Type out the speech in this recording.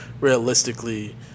realistically